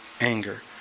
anger